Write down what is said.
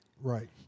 Right